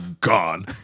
gone